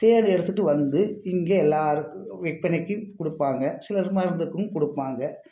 தேன் எடுத்துட்டு வந்து இங்கே எல்லோருக்கும் விற்பனைக்கு கொடுப்பாங்க சிலர் மருந்துக்கும் கொடுப்பாங்க